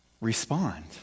respond